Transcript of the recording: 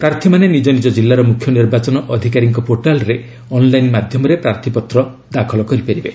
ପ୍ରାର୍ଥୀମାନେ ନିଜ ନିଜ ଜିଲ୍ଲାର ମୁଖ୍ୟ ନିର୍ବାଚନ ଅଧିକାରୀଙ୍କ ପୋର୍ଟାଲ୍ରେ ଅନ୍ଲାଇନ୍ ମାଧ୍ୟମରେ ପ୍ରାର୍ଥୀପତ୍ର ଦାଖଲ କରିପାରିବେ